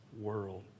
world